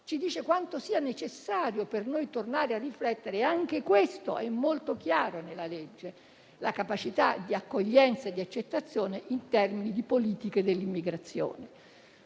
ci dice quanto sia necessario per noi tornare a riflettere - anche questo è molto chiaro nella legge - sulla capacità di accoglienza e accettazione in termini di politiche dell'immigrazione.